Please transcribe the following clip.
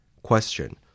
Question